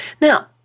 Now